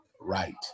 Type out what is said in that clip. right